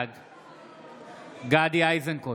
בעד גדי איזנקוט,